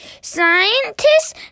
Scientists